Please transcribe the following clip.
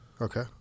Okay